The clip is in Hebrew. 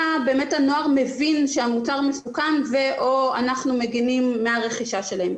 באמת הנוער מבין שהמוצר מסוכן ו/או אנחנו מגנים מהרכישה שלהם.